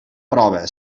prova